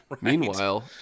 Meanwhile